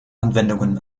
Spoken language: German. anwendungen